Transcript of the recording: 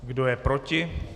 Kdo je proti?